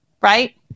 right